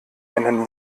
einen